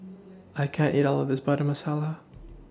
I can't eat All of This Butter Masala